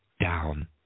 down